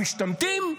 המשתמטים.